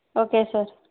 okay sir